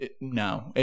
no